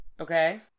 Okay